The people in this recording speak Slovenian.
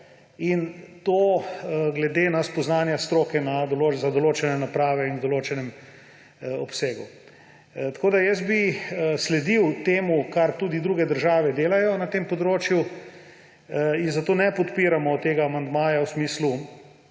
glede na spoznanja stroke za določene naprave in v določenem obsegu. Jaz bi sledil temu, kar tudi druge države delajo na tem področju, zato ne podpiramo tega amandmaja v smislu